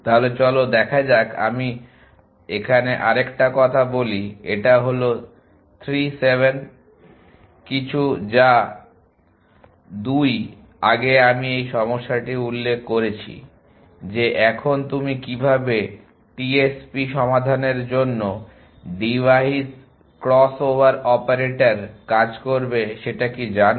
তাহলে চলো দেখা যাক আমি এখানে আরেকটা কথা বলি এইটা হল 3 7 কিছু 2 যা আগে আমি এই সমস্যাটি উল্লেখ করেছি যে এখন তুমি কিভাবে TSP সমস্যার জন্য ডিভাইস ক্রস ওভার অপারেটর কাজ করবে সেটা কি জানো